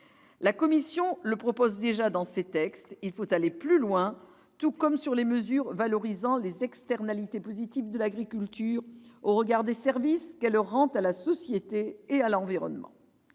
La Commission le propose déjà dans ses textes ; il faut aller plus loin, ainsi que sur les mesures valorisant les externalités positives de l'agriculture au regard des services qu'elle rend à la société et à l'environnement.